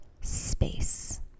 space